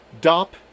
Dop